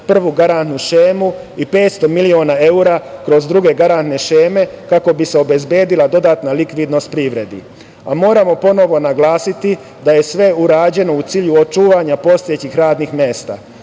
prvu garantnu šemu i 500 miliona evra kroz druge garantne šeme kako bi se obezbedila dodatna likvidnost privredi. Moramo ponovo naglasiti da je sve urađeno u cilju očuvanja postojećih radnih mesta. Moje